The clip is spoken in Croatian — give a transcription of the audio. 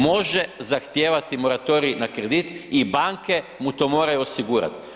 Može zahtijevati moratorij na kredit i banke mu to moraju osigurati.